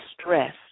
stress